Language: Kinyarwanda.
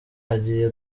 agiye